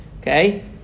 okay